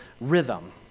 rhythm